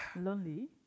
Lonely